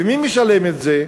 ומי משלם את זה?